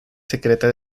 secreta